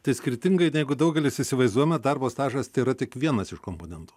tai skirtingai negu daugelis įsivaizduojame darbo stažas tėra tik vienas iš komponentų